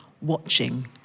watching